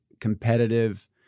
competitive